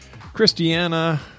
Christiana